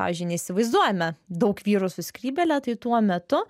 pavyzdžiui neįsivaizduojame daug vyrų su skrybėle tai tuo metu